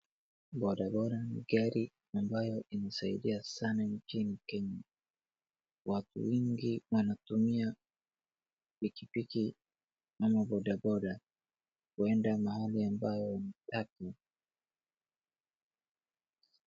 Bodaboda ni gari mbayo inasaidia sana nchini kenya. Watu wengi wanatumia pikipiki ama boda boda kuenda mahali ambayo wanataka.